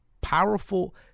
powerful